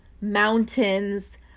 mountains